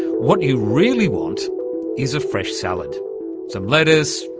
what you really want is a fresh salad some lettuce,